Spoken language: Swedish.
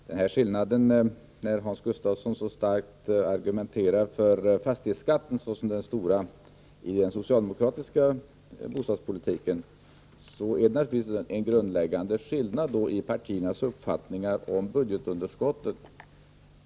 Herr talman! När Hans Gustafsson så kraftigt argumenterar för fastighetsskatten som det stora i den socialdemokratiska bostadspolitiken, kan man konstatera att det är en grundläggande skillnad i partiernas uppfattningar om budgetunderskottet.